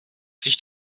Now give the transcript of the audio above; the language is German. sich